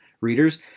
readers